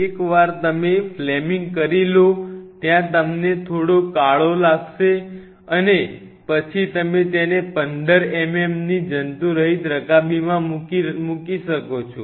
એકવાર તમે ફ્લેમિંગ કરી લો ત્યાં તમને થોડો કાળો લાગશે અને પછી તમે તેને 15 mm ની જંતુરહિત રકાબીમાં મૂકી શકો છો